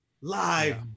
Live